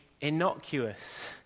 innocuous